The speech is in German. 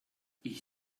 ich